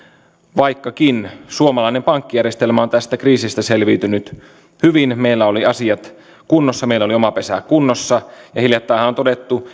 vaikkakin suomalainen pankkijärjestelmä on tästä kriisistä selviytynyt hyvin meillä oli asiat kunnossa meillä oli oma pesä kunnossa ja hiljattainhan on todettu